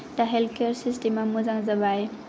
दा health care सिस्टेमा मोजां जाबाय